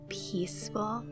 peaceful